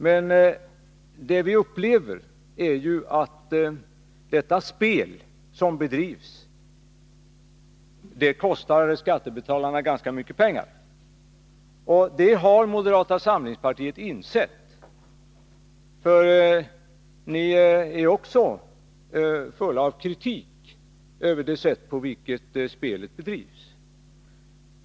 Men det vi upplever är ju att det spel som bedrivs kostar skattebetalarna ganska mycket pengar. Detta har man insett i moderata samlingspartiet, för där är man också kritisk mot det sätt på vilket spelet bedrivs.